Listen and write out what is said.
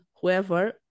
whoever